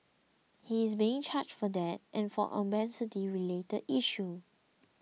he is being charged for that and for an obscenity related issue